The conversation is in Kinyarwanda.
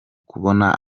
kubona